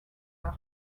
tard